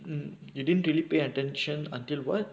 mm you didn't really pay attention until [what]